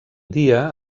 dia